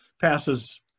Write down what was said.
passes